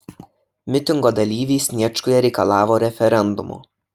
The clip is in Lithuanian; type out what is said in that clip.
mitingo dalyviai sniečkuje reikalavo referendumo